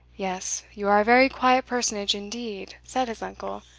yes, you are a very quiet personage indeed, said his uncle,